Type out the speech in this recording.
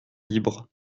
libre